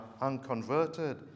unconverted